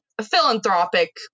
philanthropic